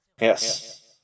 Yes